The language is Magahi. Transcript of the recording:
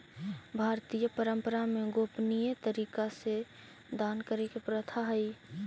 भारतीय परंपरा में गोपनीय तरीका से दान करे के प्रथा हई